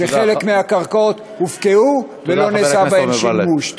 שחלק מהקרקעות הופקעו ולא נעשה בהן שימוש.